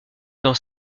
dans